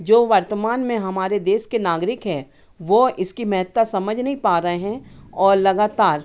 जो वर्तमान में हमारे देश के नागरिक हैं वो इसकी महत्ता समझ नहीं पा रहे हैं और लगातार